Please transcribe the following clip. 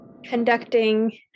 Conducting